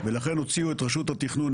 ולכן הוציאו את רשות התכנון,